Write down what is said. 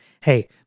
hey